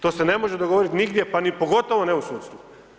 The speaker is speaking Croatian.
To se ne može dogoditi nigdje pa ni pogotovo ne u sudstvu.